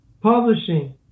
publishing